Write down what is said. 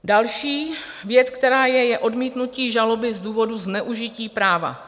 Další věc, která je, je odmítnutí žaloby z důvodů zneužití práva.